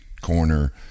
corner